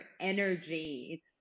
energy